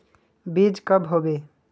बीज कब होबे?